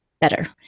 better